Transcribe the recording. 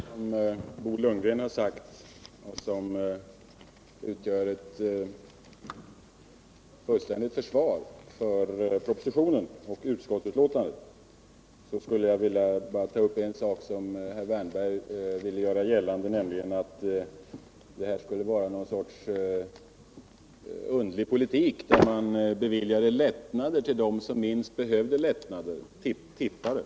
Herr talman! Utöver det som Bo Lundgren har sagt och som utgör ett fullständigt försvar för propositionen och utskottsbetänkandet skulle jag bara vilja ta upp en sak. Herr Wärnberg ville göra gällande att regeringsförslaget skulle innebära någon sorts underlig politik, där man beviljade lättnader till dem som minst behövde lättnader — till tippare.